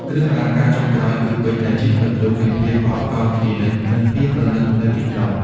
គ្រឿងអលង្ការចុងក្រោយគី ពេជ្រដែលជានិមិត្តរូបនៃភាពអស់កល្បជានិច្ច និងភាពប្រណិតនៅទីក្រុង។